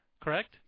correct